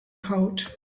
coat